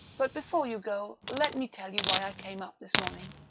but before you go let me tell you why i came up this morning.